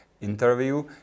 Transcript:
interview